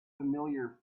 familiar